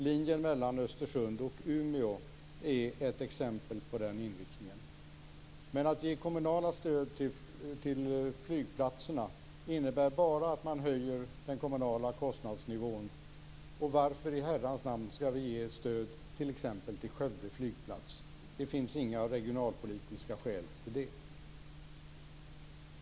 Linjen mellan Östersund och Umeå är ett exempel vad gäller den inriktningen. Att ge kommunala stöd till flygplatserna innebär bara att man höjer den kommunala kostnadsnivån. Varför i Herrans namn skall vi ge stöd exempelvis till Skövde flygplats? Det finns inga regionalpolitiska skäl för det.